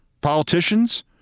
politicians